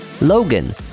Logan